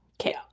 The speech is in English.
Okay